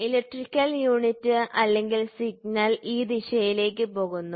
electrical unit അല്ലെങ്കിൽ signal ഈ ദിശയിലേക്ക് പോകുന്നു